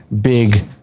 big